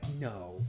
no